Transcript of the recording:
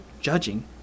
judging